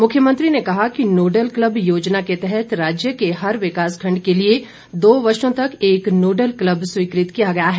मुख्यमंत्री ने कहा कि नोडल क्लब योजना के तहत राज्य के हर विकास खंड के लिए दो वर्षों तक एक नोडल क्लब स्वीकृत किया गया है